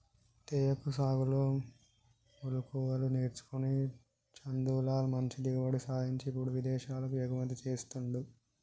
తేయాకు సాగులో మెళుకువలు నేర్చుకొని చందులాల్ మంచి దిగుబడి సాధించి ఇప్పుడు విదేశాలకు ఎగుమతి చెస్తాండు